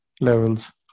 levels